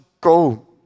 go